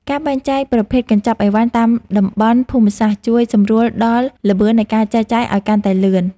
ការបែងចែកប្រភេទកញ្ចប់អីវ៉ាន់តាមតំបន់ភូមិសាស្ត្រជួយសម្រួលដល់ល្បឿននៃការចែកចាយឱ្យកាន់តែលឿន។